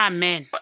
Amen